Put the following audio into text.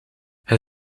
hij